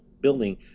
building